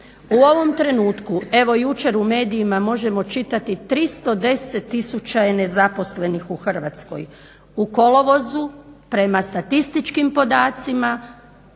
U ovom trenutku, evo jučer u medijima možemo čitati 310 tisuća je nezaposlenih u Hrvatskoj. U kolovozu prema statističkim podacima